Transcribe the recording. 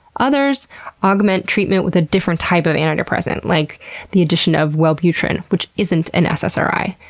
others augment treatment with a different type of antidepressant, like the addition of wellbutrin, which isn't an ssri.